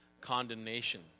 condemnation